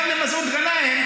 גם למסעוד גנאים,